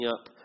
up